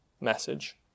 message